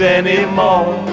anymore